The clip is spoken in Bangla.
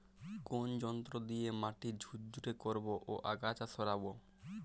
কোন যন্ত্র দিয়ে মাটি ঝুরঝুরে করব ও আগাছা সরাবো?